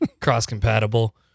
cross-compatible